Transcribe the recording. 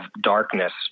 darkness